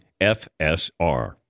FSR